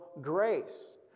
grace